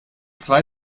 zwei